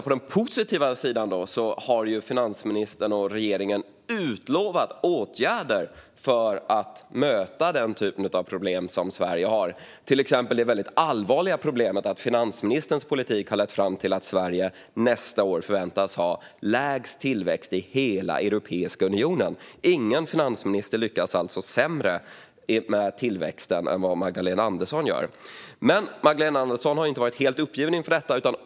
På den positiva sidan har finansministern och regeringen utlovat åtgärder för att möta den typ av problem som Sverige har, till exempel det väldigt allvarliga problemet att finansministerns politik har lett fram till att Sverige nästa år förväntas ha lägst tillväxt i hela Europeiska unionen. Ingen finansminister lyckas alltså sämre med tillväxten än vad Magdalena Andersson gör. Men Magdalena Andersson har inte varit helt uppgiven inför detta.